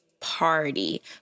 party